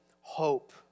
hope